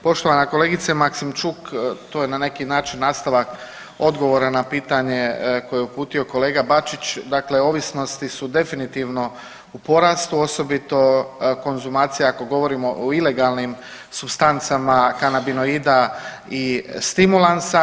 Poštovana kolegice Maksimčuk, to je na neki način nastavak odgovora na pitanje koji je uputio kolega Bačić, dakle ovisnosti su definitivno u porastu osobito konzumacija ako govorimo o ilegalnim supstancama, kanabinoida i stimulansa.